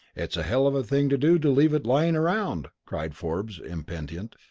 it's a hell of a thing to do to leave it lying around! cried forbes, impenitent.